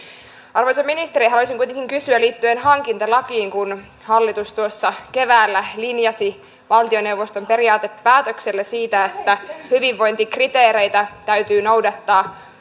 arvoisa ministeri haluaisin kuitenkin kysyä liittyen hankintalakiin kun hallitus tuossa keväällä linjasi valtioneuvoston periaatepäätöksellä siitä että hyvinvointikriteereitä täytyy noudattaa